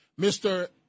Mr